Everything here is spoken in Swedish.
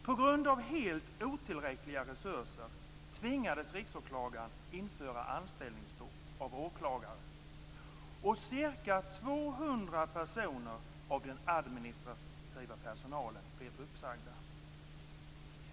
På grund av helt otillräckliga resurser tvingades Riksåklagaren införa anställningsstopp för åklagare, och ca 200 personer av den administrativa personalen blev uppsagda.